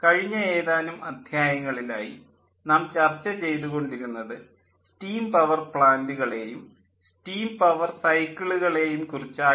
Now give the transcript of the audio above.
കഴിഞ്ഞ ഏതാനും അദ്ധ്യായങ്ങളിലായി നാം ചർച്ച ചെയ്തുകൊണ്ടിരുന്നത് സ്റ്റീം പവർ പ്ലാൻ്റുകളേയും സ്റ്റീം പവർ സൈക്കിളുകളേയും കുറിച്ചായിരുന്നു